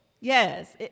yes